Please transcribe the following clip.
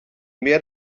mehr